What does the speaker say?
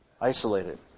Isolated